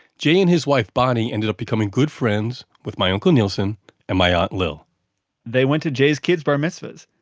jay and his wife bonnie ended up becoming good friends with my uncle neilson and my aunt lil they went to jay's kids' bar mitzvahs,